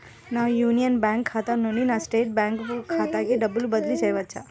నా Union Bank ఖాతా నుండి నా స్టేట్ బ్యాంకు ఖాతాకి డబ్బు బదిలి చేయవచ్చా?